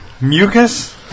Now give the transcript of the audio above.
Mucus